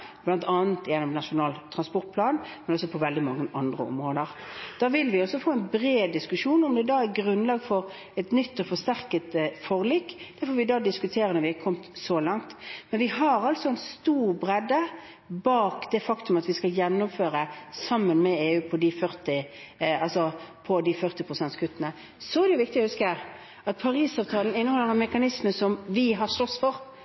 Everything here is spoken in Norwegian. gjennom Nasjonal transportplan, men også på veldig mange andre områder. Da vil vi også få en bred diskusjon om det er grunnlag for et nytt og forsterket forlik. Det får vi diskutere når vi kommer så langt. Men vi har altså en stor bredde bak det faktum at vi sammen med EU skal gjennomføre disse 40-prosentkuttene. Så er det viktig å huske at Paris-avtalen inneholder mekanismer som vi har slåss for